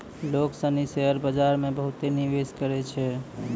लोग सनी शेयर बाजार मे बहुते निवेश करै छै